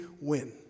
win